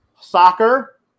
soccer